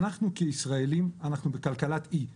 כישראלים, אנחנו בכלכלת אי.